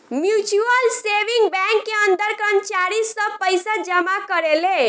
mutual saving bank के अंदर कर्मचारी सब पइसा जमा करेले